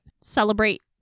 Celebrate